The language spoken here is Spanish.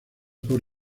por